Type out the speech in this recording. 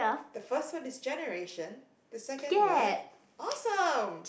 the first word is generation the second word awesome